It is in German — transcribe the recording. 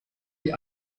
die